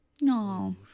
no